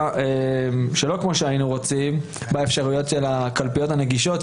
לא כמו שהיינו רוצים באפשרויות של הקלפיות הנגישות.